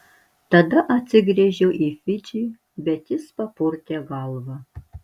tada atsigręžiau į fidžį bet jis papurtė galvą